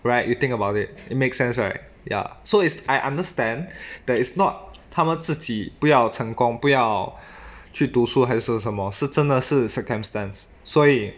right you think about it it makes sense right ya so it's I understand that is not 他们自己不要成功不要去读书还是什么是真的是 circumstance 所以